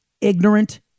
Ignorant